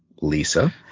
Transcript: Lisa